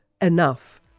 enough